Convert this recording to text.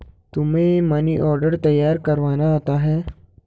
तुम्हें money order तैयार करवाना आता है?